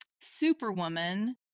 superwoman